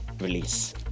release